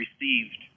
received